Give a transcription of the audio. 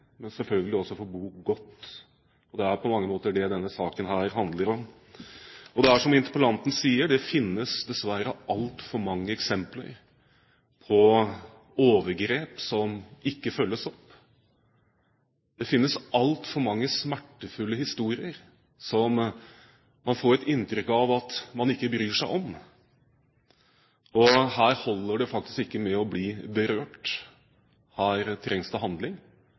selvfølgelig få bo godt. Det er på mange måter det denne saken handler om. Som interpellanten sier, finnes det dessverre altfor mange eksempler på overgrep som ikke følges opp. Det finnes altfor mange smertefulle historier, som man får inntrykk av at man ikke bryr seg om. Her holder det faktisk ikke med å bli berørt. Her trengs det handling.